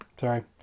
Sorry